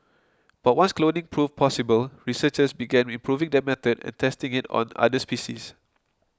but once cloning proved possible researchers began improving their method and testing it on other species